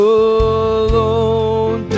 alone